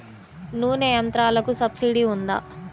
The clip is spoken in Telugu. నూనె యంత్రాలకు సబ్సిడీ ఉందా?